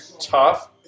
tough